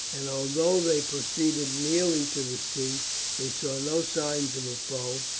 and although they proceeded nearly to the sea they saw no signs of a foe,